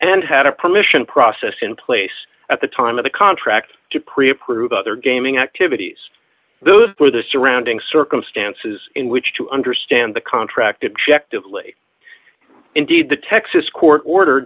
and had a permission process in place at the time of the contract to pre approve other gaming activities those were the surrounding circumstances in which to understand the contract objective lee indeed the texas court order